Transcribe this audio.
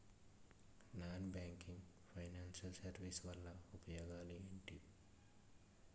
Non banking financial services వల్ల ఉపయోగాలు ఎంటి?